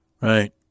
Right